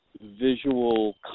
visual